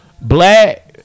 Black